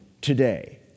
today